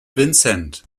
vincent